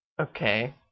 Okay